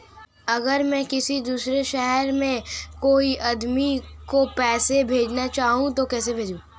अगर मैं किसी दूसरे शहर में कोई आदमी को पैसे भेजना चाहूँ तो कैसे भेजूँ?